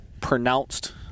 pronounced